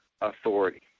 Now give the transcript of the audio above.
authority